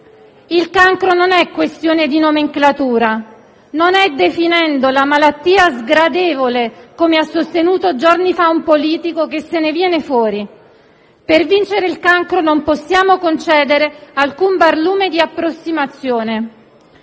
Il cancro non è questione di nomenclatura, non è definendo la malattia sgradevole, come ha sostenuto giorni fa un politico, che se ne viene fuori. Per vincere il cancro non possiamo concedere alcun barlume di approssimazione.